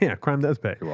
yeah crime does pay. yeah